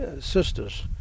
sisters